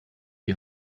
die